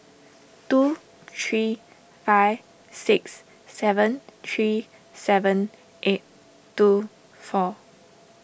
two three five six seven three seven eight two four